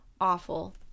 awful